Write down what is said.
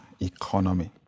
economy